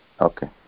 Okay